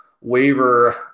waiver